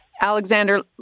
Alexander